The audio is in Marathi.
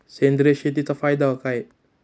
सेंद्रिय शेतीचा फायदा काय?